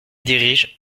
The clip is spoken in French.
dirige